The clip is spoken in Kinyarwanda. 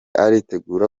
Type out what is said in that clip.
aritegura